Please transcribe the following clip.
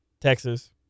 Texas